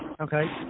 okay